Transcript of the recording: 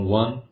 one